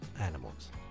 animals